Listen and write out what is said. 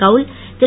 கவுல் திரு